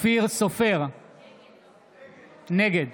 נגד